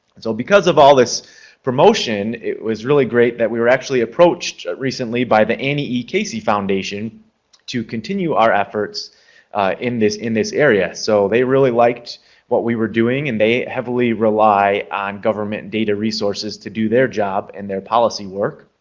and so because of all this promotion it was really great that we were actually approached recently by the annie e. casey foundation to continue our efforts in this in this area. so they really liked what we were doing and they heavily rely on government data resources to do their job and their policy work.